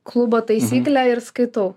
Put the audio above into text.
klubo taisyklė ir skaitau